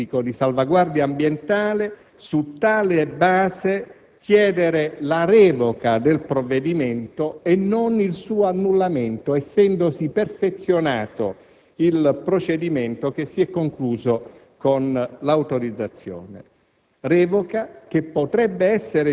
riesaminando l'interesse pubblico di salvaguardia ambientale, su tale base, chiedere la revoca del provvedimento e non il suo annullamento, essendosi perfezionato il procedimento che si è concluso con l'autorizzazione;